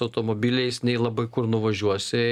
automobiliais nei labai kur nuvažiuosi